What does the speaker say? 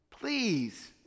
Please